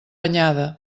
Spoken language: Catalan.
anyada